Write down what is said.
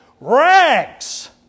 rags